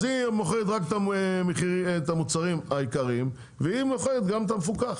אז היא מוכרת רק את המוצרים העיקריים והיא מוכרת גם את המפוקח.